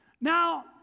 Now